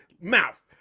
mouth